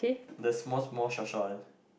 the small small short short one